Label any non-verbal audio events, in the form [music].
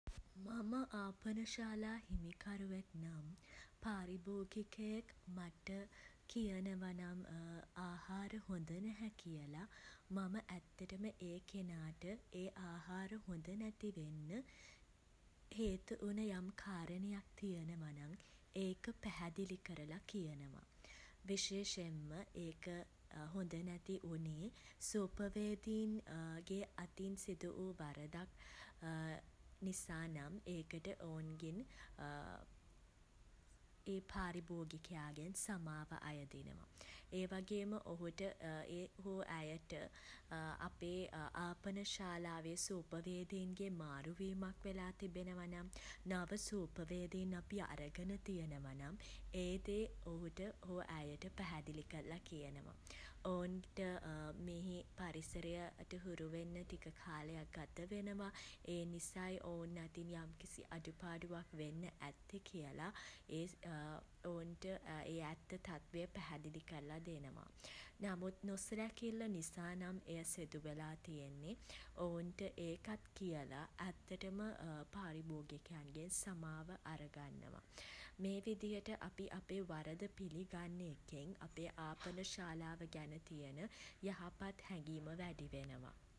මම ආපන ශාලා හිමිකරුවෙක් නම් [hesitation] පාරිභෝගිකයෙක් [hesitation] මට [hesitation] කියනව නම් මට [hesitation] ආහාර හොඳ නැහැ කියලා [hesitation] මම ඇත්තටම ඒ කෙනාට ඒ ආහාර හොඳ නැති වෙන්න [hesitation] හේතු වුණ යම් කාරණයක් තියෙනවා නම් [hesitation] එක පැහැදිළි කරලා [hesitation] කියනවා. විශේෂෙන්ම ඒක [hesitation] හොඳ නැති වූණේ [hesitation] සූපවේදීන්ගේ [hesitation] අතින් සිදු වූ වරදක් [hesitation] නිසා නම් [hesitation] ඒකට ඔවුන්ගෙන් [hesitation] ඒ පාරිභෝගිකයන්ගෙන් [hesitation] සමාව අයදිනවා. ඒ වගේම [hesitation] ඔහුට [hesitation] හෝ ඇයට [hesitation] අපේ [hesitation] ආපන ශාලාවේ සූපවේදීන්ගේ මාරු වීමක් වෙලා තියෙනවා නම් [hesitation] නව සූපවේදීන් අපි අරගෙන තියෙනවා නම් [hesitation] ඒ දේ ඔහුට හෝ ඇයට [hesitation] පැහැදිළි කරලා කියනවා. ඔවුන් [hesitation] ට මෙහෙ [hesitation] පරිසරයට හුරු වෙන්න ටික කාලයක් ගත වෙනවා [hesitation] ඒ නිසයි ඔවුන් අතින් යම් කිසි අඩුපාඩුවක් වෙන්න ඇත්තේ කියලා [hesitation] ඔවුන්ට ඒ ඇත්ත තත්වය පැහැදිළි කරලා දෙනවා. නමුත් නොසැලකිල්ල නිසා නම් එය සිදු වෙලා තියෙන්නේ [hesitation] ඔවුන්ට ඒකත් කියලා ඇත්තටම [hesitation] පාරිභෝගිකයන්ගෙන් සමාව අර ගන්නවා. මේ විදියට අපි අපේ වරද පිළිගන්න එකෙන් අපේ ආපන ශාලාව ගැන තියෙන [hesitation] යහපත් හැගීම වැඩි වෙනවා.